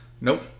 Nope